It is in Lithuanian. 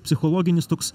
psichologinis toks